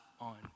on